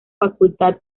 facultad